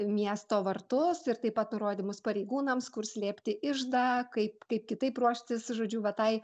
miesto vartus ir taip pat nurodymus pareigūnams kur slėpti iždą kaip kaip kitaip ruoštis žodžiu va tai